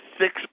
six